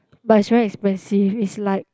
but is very expensive is like